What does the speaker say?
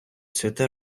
цвіте